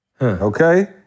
Okay